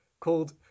called